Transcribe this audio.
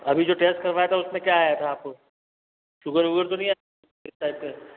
अभी जो टेस्ट करवाया था उसमें क्या आया था आपको शुगर वुगर तो नहीं है